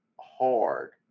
hard